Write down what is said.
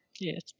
Yes